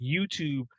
YouTube